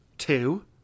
two